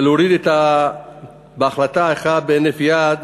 ולהוריד בהחלטה אחת, בהינף יד,